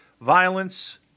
Violence